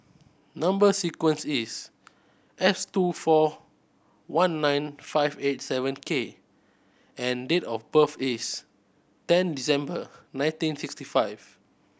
number sequence is S two four one nine five eight seven K and date of birth is ten December nineteen sixty five